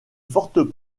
fortes